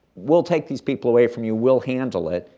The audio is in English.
we'll take these people away from you we'll handle it.